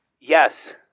Yes